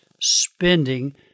spending